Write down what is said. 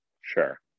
Sure